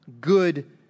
good